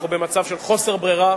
אנחנו במצב של חוסר ברירה.